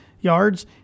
yards